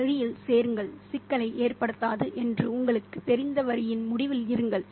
வரியில் சேருங்கள் சிக்கலை ஏற்படுத்தாது என்று உங்களுக்குத் தெரிந்த வரியின் முடிவில் இருங்கள்